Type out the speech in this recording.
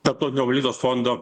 tarptautinio valiutos fondo